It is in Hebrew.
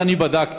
אז אני בדקתי: